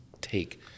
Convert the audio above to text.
take